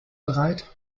bereit